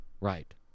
Right